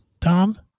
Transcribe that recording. Tom